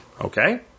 Okay